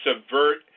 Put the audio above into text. subvert